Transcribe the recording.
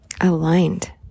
Aligned